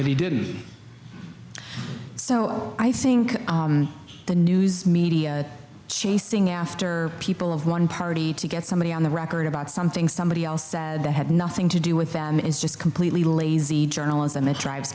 that he didn't so i think the news media chasing after people of one party to get somebody on the record about something somebody else said had nothing to do with them is just completely lazy